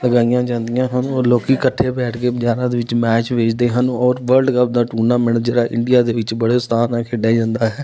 ਲਗਾਈਆਂ ਜਾਂਦੀਆਂ ਹਨ ਔਰ ਲੋਕੀਂ ਇਕੱਠੇ ਬੈਠ ਕੇ ਬਜ਼ਾਰਾਂ ਦੇ ਵਿੱਚ ਮੈਚ ਦੇਖਦੇ ਹਨ ਔਰ ਵਰਲਡ ਕੱਪ ਦਾ ਟੂਰਨਾਮੈਂਟ ਜਿਹੜਾ ਇੰਡੀਆ ਦੇ ਵਿੱਚ ਬੜੇ ਉਤਸ਼ਾਹ ਨਾਲ ਖੇਡਿਆ ਜਾਂਦਾ ਹੈ